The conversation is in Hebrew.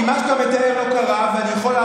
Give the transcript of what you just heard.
כי מה שאתה מתאר לא קרה ואני יכול להראות לך,